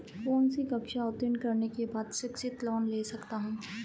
कौनसी कक्षा उत्तीर्ण करने के बाद शिक्षित लोंन ले सकता हूं?